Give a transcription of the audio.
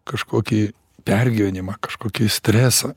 kažkokį pergyvenimą kažkokį stresą